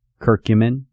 Curcumin